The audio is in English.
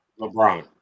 LeBron